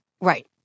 Right